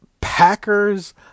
Packers